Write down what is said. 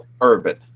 urban